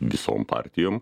visom partijom